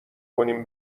کنیم